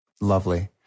Lovely